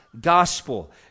gospel